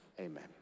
Amen